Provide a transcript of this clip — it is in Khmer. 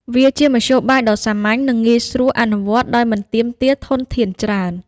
វាជាមធ្យោបាយដ៏សាមញ្ញ និងងាយស្រួលអនុវត្តដោយមិនទាមទារធនធានច្រើន។